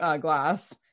glass